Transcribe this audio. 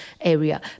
area